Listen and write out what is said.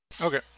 Okay